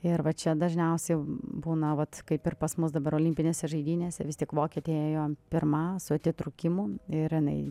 ir va čia dažniausiai būna vat kaip ir pas mus dabar olimpinėse žaidynėse vis tik vokietė ėjo pirma su atitrūkimu ir jinai